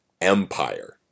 Empire